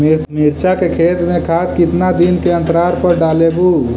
मिरचा के खेत मे खाद कितना दीन के अनतराल पर डालेबु?